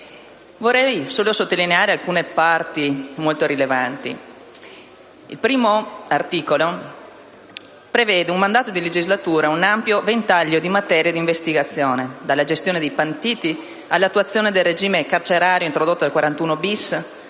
Vorrei solo sottolineare alcune parti molto rilevanti. L'articolo 1 prevede un mandato di legislatura e un ampio ventaglio di materie di investigazione: dalla gestione dei pentiti all'attuazione del regime carcerario introdotto dall'articolo